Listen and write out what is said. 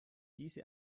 diese